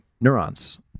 neurons